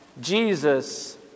Jesus